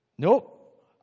Nope